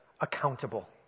accountable